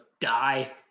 die